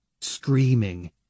Screaming